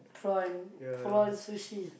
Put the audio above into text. prawn prawn sushi